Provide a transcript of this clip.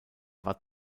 war